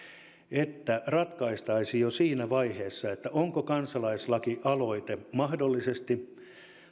ratkaista jo siinä vaiheessa onko kansalaislakialoite mahdollisesti